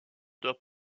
doit